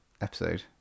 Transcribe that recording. episode